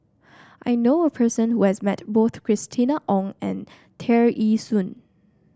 I knew a person who has met both Christina Ong and Tear Ee Soon